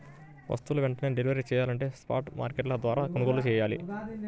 వస్తువులు వెంటనే డెలివరీ చెయ్యాలంటే స్పాట్ మార్కెట్ల ద్వారా కొనుగోలు చెయ్యాలి